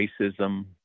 racism